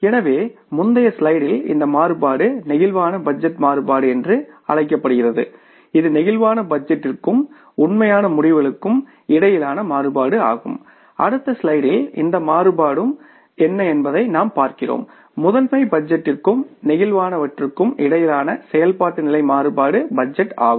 எனவே முந்தைய ஸ்லைடில் இந்த மாறுபாடு பிளேக்சிபிள் பட்ஜெட் மாறுபாடு என்று அழைக்கப்படுகிறது இது பிளேக்சிபிள் பட்ஜெட்டிற்கும் உண்மையான முடிவுகளுக்கும் இடையிலான மாறுபாடாகும் அடுத்த ஸ்லைடில் இந்த மாறுபாடு என்ன என்பதைப் பார்க்கிறோம் மாஸ்டர் பட்ஜெட்டிற்கும் நெகிழ்வானவற்றுக்கும் இடையிலான செயல்பாட்டு நிலை மாறுபாடு பட்ஜெட் ஆகும்